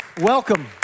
welcome